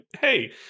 hey